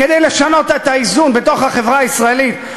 כדי לשנות את האיזון בתוך החברה הישראלית,